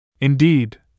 Indeed